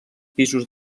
pisos